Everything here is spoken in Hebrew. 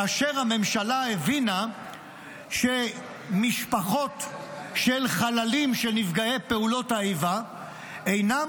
כאשר הממשלה הבינה שמשפחות של חללים ושל נפגעי פעולות האיבה אינן